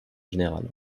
général